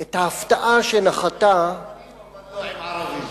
את ההפתעה שנחתה, גרמנים, אבל לא עם ערבים?